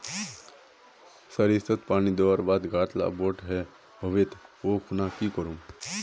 सरिसत पानी दवर बात गाज ला बोट है होबे ओ खुना की करूम?